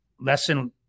lesson